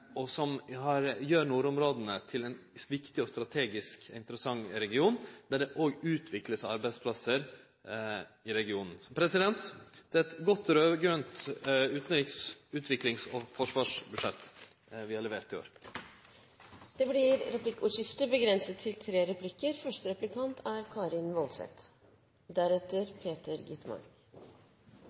og gjer nordområda til ein viktig og strategisk interessant region, der det òg vert utvikla arbeidsplassar. Det er eit godt raud-grønt utanriks-, utviklings- og forsvarsbudsjett vi har levert i år. Det blir replikkordskifte.